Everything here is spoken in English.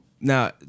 Now